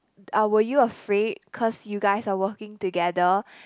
uh were you afraid cause you guys are working together